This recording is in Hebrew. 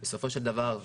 בסופו של דבר,